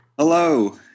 Hello